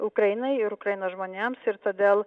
ukrainai ir ukrainos žmonėms ir todėl